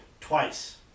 twice